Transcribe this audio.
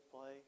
play